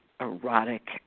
erotic